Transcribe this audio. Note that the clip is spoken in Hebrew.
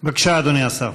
בבקשה, אדוני השר.